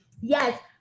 yes